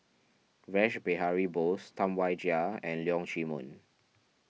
Rash Behari Bose Tam Wai Jia and Leong Chee Mun